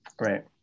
Right